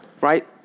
right